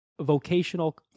vocational